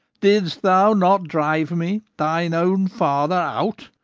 didst thou not drive me, thine own father, out,